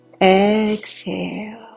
Exhale